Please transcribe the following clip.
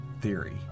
theory